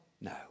No